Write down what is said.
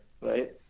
Right